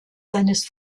seines